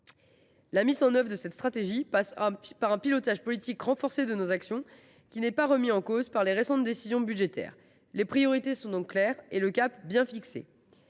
La mise en œuvre de cette stratégie passe par un pilotage politique renforcé de nos actions. Celui ci n’est pas remis en cause par les récentes décisions budgétaires. Les priorités sont donc claires ; le cap est bien fixé.